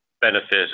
benefit